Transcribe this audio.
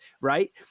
right